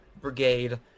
brigade